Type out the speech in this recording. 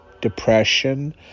depression